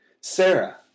Sarah